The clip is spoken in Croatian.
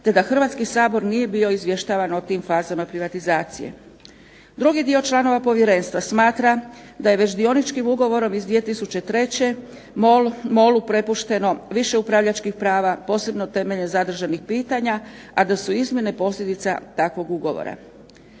te da Hrvatski sabor nije bio izvještavan o tim fazama privatizacije. Drugi dio članova povjerenstva smatra da je već dioničkim ugovorom iz 2003. MOL-u prepušteno više upravljačkih prava posebno temeljem zadržanih pitanja, a da su izmjene posljedica takvog ugovora.